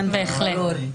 בהחלט.